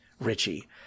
Richie